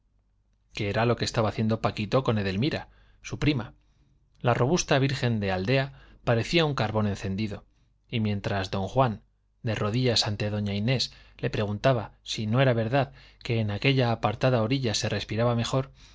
que era lo que estaba haciendo paquito con edelmira su prima la robusta virgen de aldea parecía un carbón encendido y mientras don juan de rodillas ante doña inés le preguntaba si no era verdad que en aquella apartada orilla se respiraba mejor